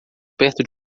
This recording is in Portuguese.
perto